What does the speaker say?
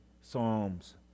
psalms